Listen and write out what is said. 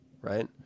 right